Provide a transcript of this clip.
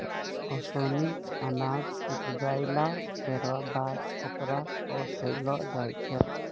ओसौनी अनाज उपजाइला केरो बाद ओकरा ओसैलो जाय छै